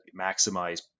maximize